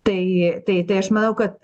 tai tai tai aš manau kad